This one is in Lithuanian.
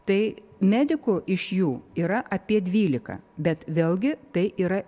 tai medikų iš jų yra apie dvylika bet vėlgi tai yra